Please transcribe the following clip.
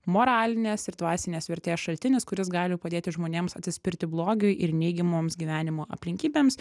moralinės ir dvasinės vertės šaltinis kuris gali padėti žmonėms atsispirti blogiui ir neigiamoms gyvenimo aplinkybėms